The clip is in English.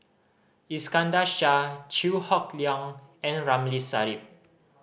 Iskandar Shah Chew Hock Leong and Ramli Sarip